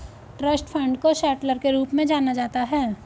trust fund को settler के रूप में जाना जाता है